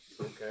Okay